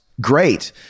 great